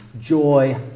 joy